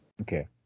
Okay